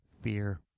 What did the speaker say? fear